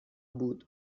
بود